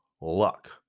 Luck